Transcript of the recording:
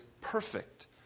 perfect